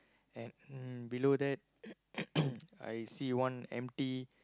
and mm below that I see one empty